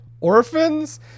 orphans